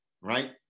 right